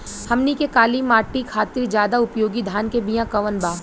हमनी के काली माटी खातिर ज्यादा उपयोगी धान के बिया कवन बा?